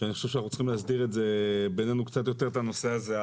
שאני חושב שאנחנו צריכים להסדיר את זה בינינו קצת יותר את הנושא הזה,